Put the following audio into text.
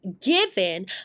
given